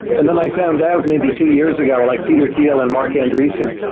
and then i found out maybe two years ago, like peter thiel and mark andreessen,